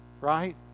right